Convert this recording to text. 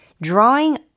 Drawing